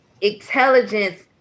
intelligence